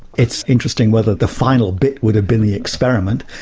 it's interesting whether the final bit would have been the experiment.